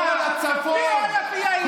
פי אלף יהיה איתך.